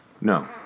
No